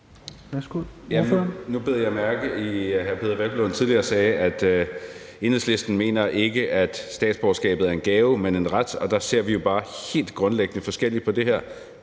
Nu bed jeg mærke i, at hr. Peder Hvelplund tidligere sagde, at Enhedslisten ikke mener, at statsborgerskabet er en gave, men en ret, og der ser vi jo bare helt grundlæggende forskelligt på det her.